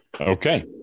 Okay